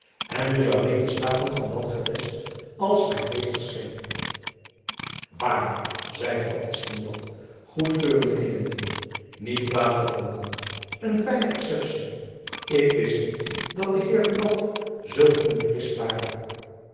en dus alleen de staten van dat gewest als mijn meesters ken waarlijk zeide van espenblad goedkeurend knikkende niet kwaad gevonden een fijne exceptie ik wist niet dat de heer buat zulk een jurist ware